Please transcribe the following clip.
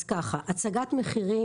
הצגת מחירים,